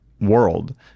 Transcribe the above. world